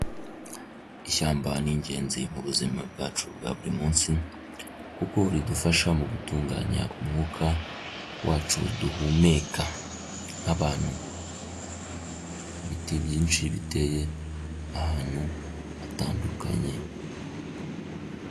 Ishyamba ni ingenzi mu buzima bwacu bwa buri munsi kuko ridufasha mu gutunganya umwuka wacu duhumeka nk'abantu, biti byinshi biteye ahantu hatandukanye.